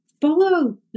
follow